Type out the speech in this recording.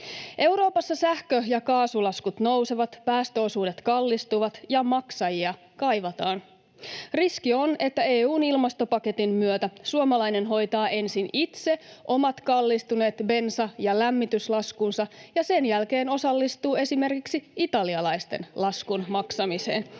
Euroopassa sähkö- ja kaasulaskut nousevat, päästöosuudet kallistuvat ja maksajia kaivataan. Riski on, että EU:n ilmastopaketin myötä suomalainen hoitaa ensin itse omat kallistuneet bensa- ja lämmityslaskunsa ja sen jälkeen osallistuu esimerkiksi italialaisten laskun maksamiseen